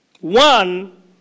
One